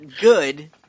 good